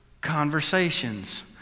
conversations